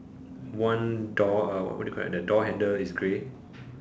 one door uh what do you call that the door handle is grey